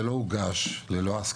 אבל לקח לי עוד קצת זמן ללמוד את כל הנושא